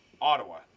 Ottawa